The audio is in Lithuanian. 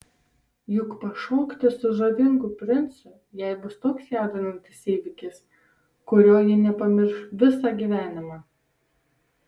juk pašokti su žavingu princu jai bus toks jaudinantis įvykis kurio ji nepamirš visą gyvenimą